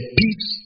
peace